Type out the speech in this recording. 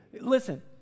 Listen